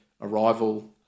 Arrival